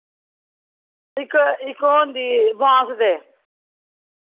इक इक ओह् होंदी बांस दे